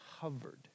hovered